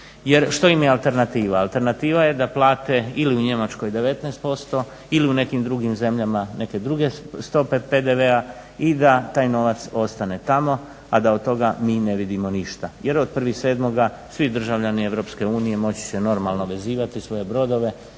što im je alternativa? Alternativa je da plate ili u Njemačkoj 19% ili u nekim drugim zemljama neke druge stope PDV-a i da taj novac ostane tamo a da od toga mi ne vidimo ništa jer od 1.7.svi državljani EU moći će normalno vezivati svoje brodove